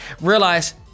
realize